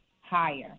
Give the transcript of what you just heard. higher